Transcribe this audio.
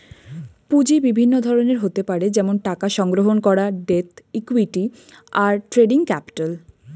পুঁজি বিভিন্ন ধরনের হতে পারে যেমন টাকা সংগ্রহণ করা, ডেট, ইক্যুইটি, আর ট্রেডিং ক্যাপিটাল